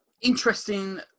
Interesting